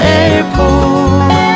airport